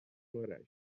floresta